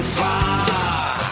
far